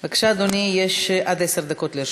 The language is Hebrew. בבקשה, אדוני, לרשותך עד עשר דקות.